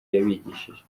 yabigishije